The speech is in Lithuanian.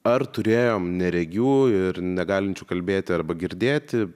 ar turėjom neregių ir negalinčių kalbėti arba girdėti